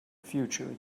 future